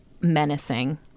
menacing